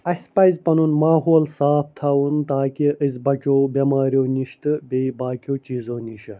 اَسہِ پَزِ پَنُن ماحول صاف تھاوُن تاکہِ أسۍ بَچَو بیٚماریٚو نِش تہٕ بیٚیہِ باقیو چیٖزو نِش